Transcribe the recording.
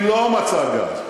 היא לא מצאה גז.